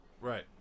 right